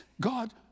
God